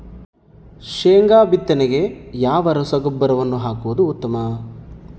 ಶೇಂಗಾ ಬಿತ್ತನೆಗೆ ಯಾವ ರಸಗೊಬ್ಬರವನ್ನು ಹಾಕುವುದು ಉತ್ತಮ?